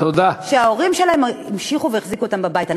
שההורים שלהם המשיכו והחזיקו אותם בבית.